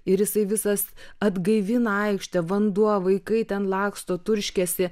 ir jisai visas atgaivina aikštę vanduo vaikai ten laksto turškiasi